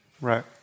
Right